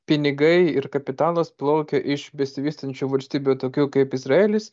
pinigai ir kapitalas plaukia iš besivystančių valstybių tokių kaip izraelis